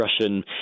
russian